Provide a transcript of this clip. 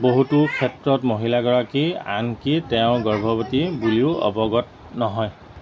বহুতো ক্ষেত্ৰত মহিলাগৰাকী আনকি তেওঁ গৰ্ভৱতী বুলিও অৱগত নহয়